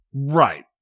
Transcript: Right